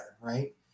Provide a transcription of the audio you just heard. Right